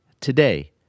Today